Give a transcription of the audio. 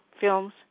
films